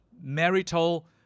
marital